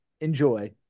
enjoy